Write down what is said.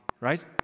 right